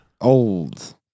Old